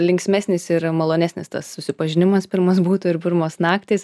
linksmesnis ir malonesnis tas susipažinimas pirmas būtų ir pirmos naktys